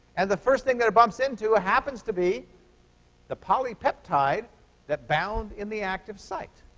and the first thing that it bumps into happens to be the polypeptide that bound in the active site.